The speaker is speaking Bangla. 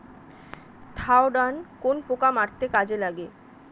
থাওডান কোন পোকা মারতে কাজে লাগে?